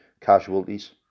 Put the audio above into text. casualties